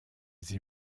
sie